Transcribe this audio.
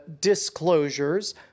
Disclosures